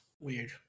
Weird